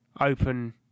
open